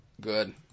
Good